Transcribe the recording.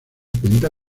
cuenta